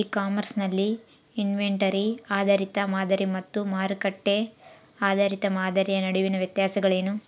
E commerce ನಲ್ಲಿ inventory ಆಧಾರಿತ ಮಾದರಿ ಮತ್ತು ಮಾರುಕಟ್ಟೆ ಆಧಾರಿತ ಮಾದರಿಯ ನಡುವಿನ ವ್ಯತ್ಯಾಸಗಳೇನು?